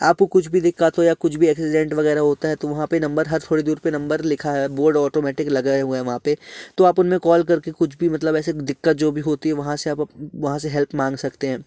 आपको कुछ भी दिक़्क़त हो या कुछ भी एक्सीडेंट वगैरह होता है तो वहाँ पे नंबर हर थोड़ी दूर पे नंबर लिखा है बॉर्ड ऑटोमेटिक लगाए हुए हैं वहाँ पे तो आप उनमें कॉल करके कुछ भी मतलब ऐसे दिक़्क़त जो भी होती है वहाँ से आप वहाँ से हेल्प मांग सकते हैं